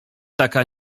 taka